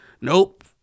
Nope